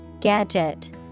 Gadget